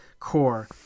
core